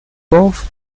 both